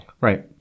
Right